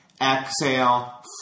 exhale